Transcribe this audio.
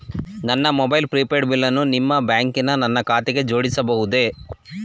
ನನ್ನ mobile prepaid ಬಿಲ್ಲನ್ನು ನಿಮ್ಮ ಬ್ಯಾಂಕಿನ ನನ್ನ ಖಾತೆಗೆ ಜೋಡಿಸಬಹುದೇ?